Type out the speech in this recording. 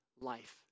life